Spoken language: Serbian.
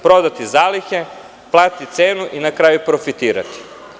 Prodati zalihe, platiti cenu i na kraju profitirati.